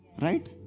right